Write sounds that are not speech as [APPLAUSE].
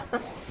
[LAUGHS]